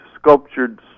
sculptured